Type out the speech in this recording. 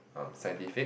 um scientific